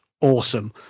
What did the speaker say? awesome